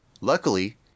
Luckily